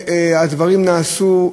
והדברים נעשו,